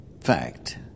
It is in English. fact